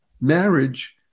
marriage